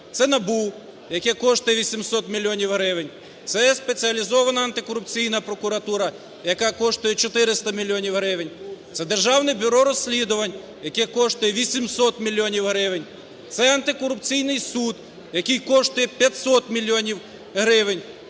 Це НАБУ, яке коштує 800 мільйонів гривень. Це Спеціалізована антикорупційна прокуратура, яка коштує 400 мільйонів гривень. Це Державне бюро розслідувань, яке коштує 800 мільйонів гривень. Це Антикорупційний суд, який коштує 500 мільйонів